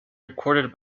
recorded